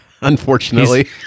Unfortunately